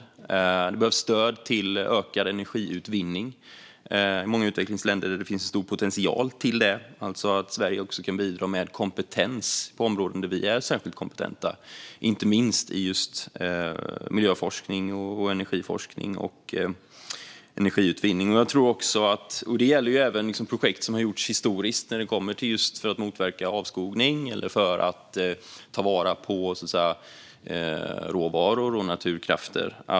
I många utvecklingsländer behövs stöd till ökad energiutvinning, där det finns stor potential för det. Sverige kan alltså bidra med kompetens på områden där vi är särskilt kompetenta. Det gäller inte minst just miljöforskning, energiforskning och energiutvinning. Det gäller även projekt som har gjorts historiskt, till exempel i fråga om att motverka avskogning eller att ta vara på råvaror och naturkrafter.